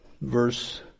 Verse